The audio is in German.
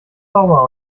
sauber